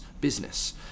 business